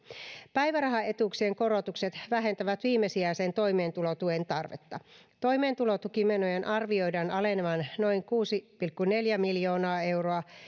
päivärahaetuuksien korotukset vähentävät viimesijaisen toimeentulotuen tarvetta toimeentulotukimenojen arvioidaan alenevan noin kuusi pilkku neljä miljoonaa euroa